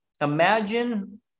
imagine